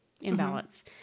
imbalance